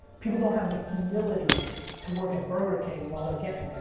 people don't have the humility to work at burger king while they're getting